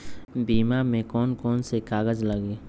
बीमा में कौन कौन से कागज लगी?